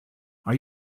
are